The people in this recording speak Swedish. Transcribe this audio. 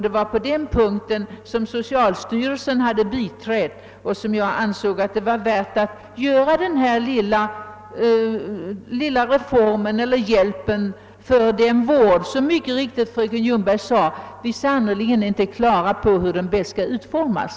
Det var den punkten som socialstyrelsen hade biträtt, och därvidlag ansåg jag det kunde vara värt att ge hjälp även till sådan vård, om vilken fröken Ljungberg mycket riktigt sade, att vi sannerligen inte har klart för oss, hur den bäst skall utformas.